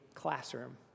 classroom